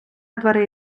дверей